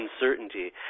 uncertainty